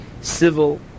civil